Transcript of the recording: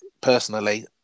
personally